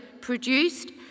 produced